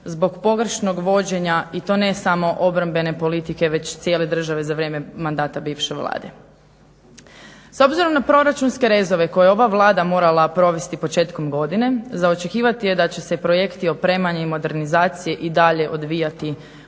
zbog pogrešnog vođenja i to ne samo obrambene politike već cijele države za vrijeme mandata bivše Vlade. S obzirom na proračunske rezove koje je ova Vlada morala provesti početkom godine za očekivati je da će se projekti opremanja i modernizacije i dalje odvijati usporenom